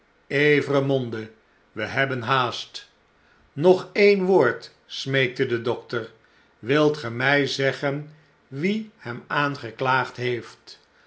evremonde we hebben haast b nog e'en woord smeekte de dokter wilt ge my zeggen wie hem aangeklaagd heeft